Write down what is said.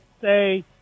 say